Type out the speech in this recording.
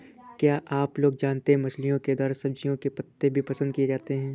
क्या आप जानते है मछलिओं के द्वारा सब्जियों के पत्ते भी पसंद किए जाते है